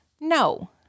No